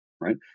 right